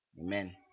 Amen